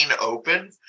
open